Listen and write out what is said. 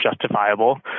justifiable